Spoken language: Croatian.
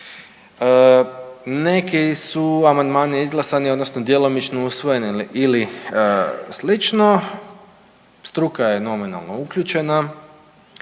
neki su amandmani izglasani, odnosno djelomično usvojeni ili slično. Struka je nominalno uključena.